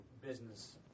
business